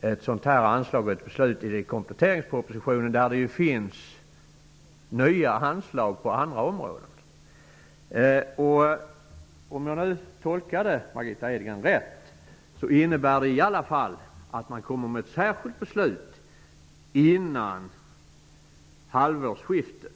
ett sådant anslag i kompletteringspropositionen, där det ju finns nya anslag på andra områden. Men om jag tolkade Margitta Edgren rätt innebär det sagda i alla fall att regeringen kommer med ett särskilt beslut innan halvårsskiftet.